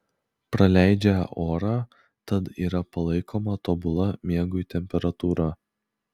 praleidžią orą tad yra palaikoma tobula miegui temperatūra